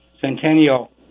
Centennial